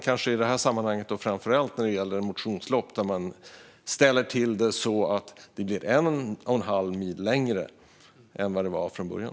I det här sammanhanget har man alltså ställt till det så att ett motionslopp blir en och en halv mil längre än vad det var från början.